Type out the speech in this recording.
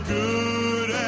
good